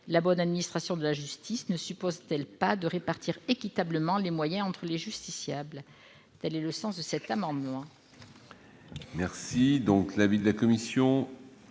La bonne administration de la justice ne suppose-t-elle pas de répartir équitablement les moyens entre les justiciables ? Quel est l'avis de la